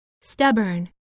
stubborn